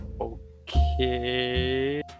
Okay